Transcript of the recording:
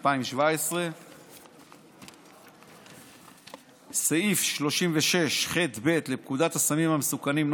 2. סעיף 36ח(ב) לפקודת הסמים המסוכנים ,